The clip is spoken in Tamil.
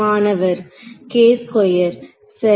மாணவர் சரி